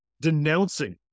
denouncing